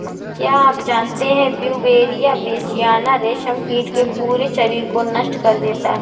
क्या आप जानते है ब्यूवेरिया बेसियाना, रेशम कीट के पूरे शरीर को नष्ट कर देता है